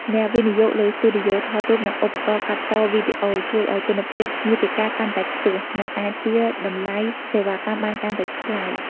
ការវិនិយោគលើស្ទូឌីយោថតរូប និងឧបករណ៍កាត់តវីដេអូ ជួយឱ្យគុណភាពមាតិកាកាន់តែខ្ពស់ និងអាចទារតម្លៃសេវាកម្មបានកាន់តែថ្លៃ។